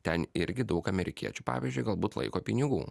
ten irgi daug amerikiečių pavyzdžiui galbūt laiko pinigų